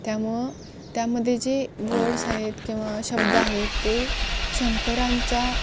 त्यामुळं त्यामध्ये जे वर्ड्स आहेत किंवा शब्द आहेत ते शंकरांच्या